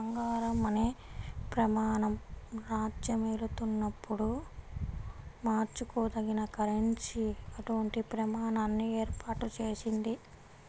బంగారం అనే ప్రమాణం రాజ్యమేలుతున్నప్పుడు మార్చుకోదగిన కరెన్సీ అటువంటి ప్రమాణాన్ని ఏర్పాటు చేసింది